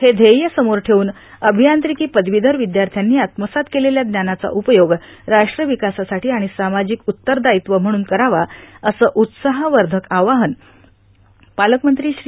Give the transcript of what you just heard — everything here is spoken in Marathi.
हे ध्येय समोर ठेवून अभियांत्रिकी पदवीधर विद्यार्थ्यांनी आत्मसात केलेल्या ज्ञानाचा उपयोग राष्ट्र विकासासाठी आणि सामाजिक उत्तरदायित्व म्हणून करावा असं उत्साहवर्धक आवाहन पालकमंत्री श्री